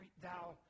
thou